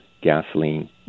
gasoline